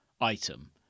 item